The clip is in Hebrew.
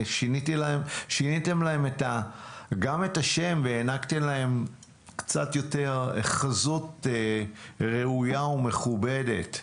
שיניתם להם גם את השם והענקתם להם קצת יותר חזות ראויה ומכובדת.